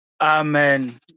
Amen